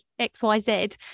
XYZ